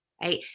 right